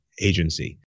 agency